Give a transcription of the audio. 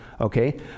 Okay